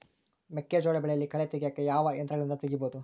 ಮೆಕ್ಕೆಜೋಳ ಬೆಳೆಯಲ್ಲಿ ಕಳೆ ತೆಗಿಯಾಕ ಯಾವ ಯಂತ್ರಗಳಿಂದ ತೆಗಿಬಹುದು?